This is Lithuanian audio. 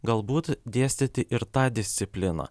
galbūt dėstyti ir tą discipliną